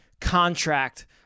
contract